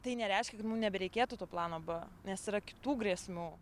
tai nereiškia kad mum nebereikėtų to plano b nes yra kitų grėsmių